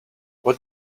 what